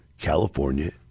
California